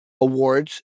awards